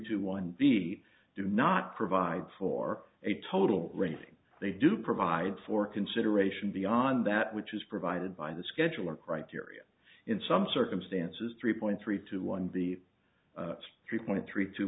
two one b do not provide for a total rating they do provide for consideration beyond that which is provided by the scheduler criteria in some circumstances three point three two one the three point three two